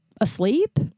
asleep